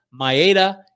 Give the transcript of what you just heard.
Maeda